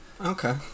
Okay